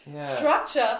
structure